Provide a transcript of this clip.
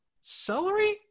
celery